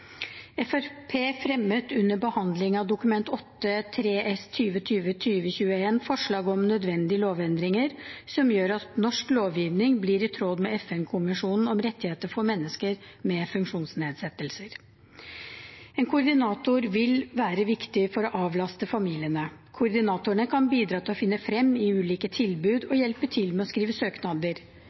fremmet under behandlingen av Dokument 8:3 S for 2020–2021 forslag om nødvendige lovendringer som gjør at norsk lovgivning blir i tråd med FN-konvensjonen om rettigheter for mennesker med funksjonsnedsettelser. En koordinator vil være viktig for å avlaste familiene. Koordinatorene kan bidra til å finne frem i ulike tilbud og hjelpe til med å skrive søknader.